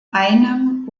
einem